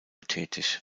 tätig